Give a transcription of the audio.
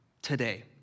Today